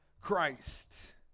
christ